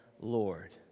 Lord